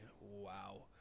Wow